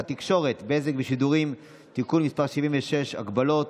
התקשורת (בזק ושידורים) (תיקון מס' 76) (הגבלות